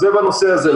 זה בנושא הזה.